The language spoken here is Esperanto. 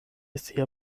sia